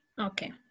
okay